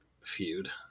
feud